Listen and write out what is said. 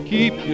Keep